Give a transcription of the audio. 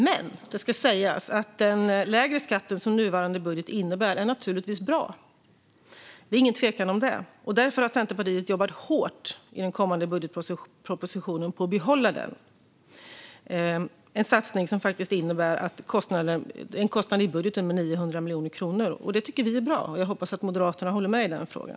Men det ska sägas att den lägre skatt som nuvarande budget innebär naturligtvis är bra; det råder ingen tvekan om det. Därför har Centerpartiet jobbat hårt för att behålla den i den kommande budgetpropositionen. Det är en satsning som innebär en kostnad i budgeten på 900 miljoner kronor. Det tycker vi är bra, och jag hoppas att Moderaterna håller med i den frågan.